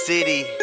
City